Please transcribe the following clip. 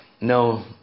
No